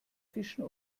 fischen